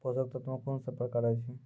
पोसक तत्व मे कून सब प्रकार अछि?